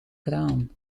kraan